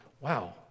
Wow